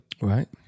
Right